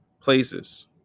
places